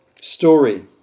story